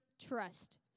trust